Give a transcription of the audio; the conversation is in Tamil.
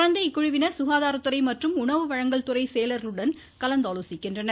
தொடர்ந்து இக்குழுவினர் சுகாதாரத்துறை மற்றும் உணவு வழங்கல் துறை செயலர்களுடனும் கலந்து ஆலோசிக்கின்றனர்